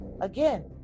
again